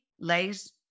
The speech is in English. lays